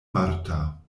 marta